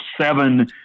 seven